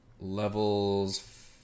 levels